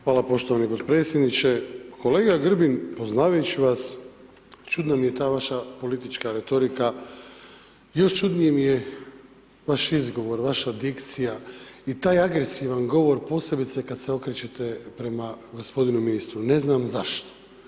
Hvala poštovani podpredsjedniče, kolega Grbin poznavajući vas čudna mi ta vaša politička retorika, još čudniji mi je vaš izgovor, vaša dikcija i taj agresivan govor posebice kad se okrećete prema gospodinu ministru, ne znam zašto.